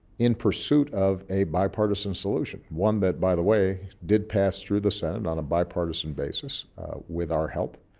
in pursuit of a bipartisan solution one that, by the way, did pass through the senate on a bipartisan basis with our help.